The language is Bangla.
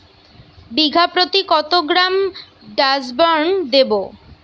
বিঘাপ্রতি কত গ্রাম ডাসবার্ন দেবো?